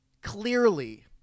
Clearly